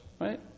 right